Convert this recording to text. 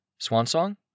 Swansong